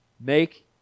make